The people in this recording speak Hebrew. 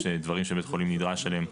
יש דברים שבית חולים נדרש אליהם,